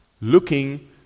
looking